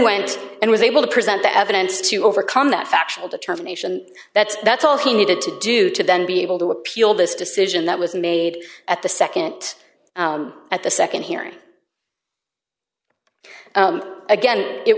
went and was able to present the evidence to overcome that factual determination that's that's all he needed to do to then be able to appeal this decision that was made at the nd at the nd hearing again it